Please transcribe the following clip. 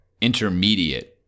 intermediate